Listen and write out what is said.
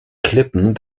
klippen